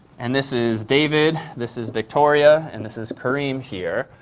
and this is david. this is victoria. and this is kareem here.